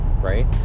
right